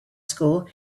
school